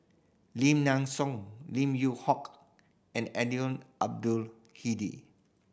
Lim Nang Seng Lim Yew Hock and Eddino Abdul Hadi